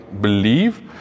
believe